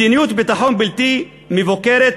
מדיניות ביטחון בלתי מבוקרת,